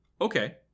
Okay